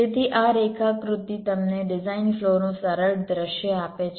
તેથી આ રેખાકૃતિ તમને ડિઝાઇન ફ્લોનું સરળ દૃશ્ય આપે છે